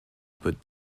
but